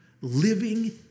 living